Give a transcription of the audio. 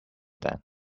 then